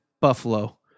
buffalo